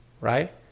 Right